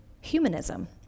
humanism